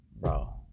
bro